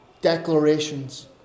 declarations